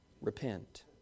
Repent